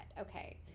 Okay